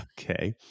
Okay